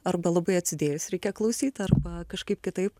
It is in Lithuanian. arba labai atsidėjus reikia klausyt arba kažkaip kitaip